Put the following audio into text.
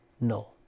No